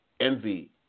Envy